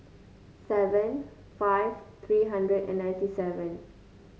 seven five three hundred and ninety seven